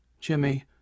Jimmy